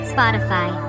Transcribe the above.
Spotify